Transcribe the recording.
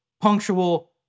punctual